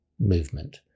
movement